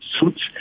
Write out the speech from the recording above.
suits